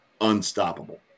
unstoppable